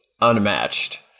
unmatched